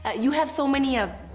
ah you have so many ah